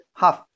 half